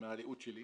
מהראות שלי.